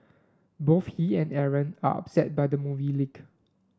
both he and Aaron are upset by the movie leak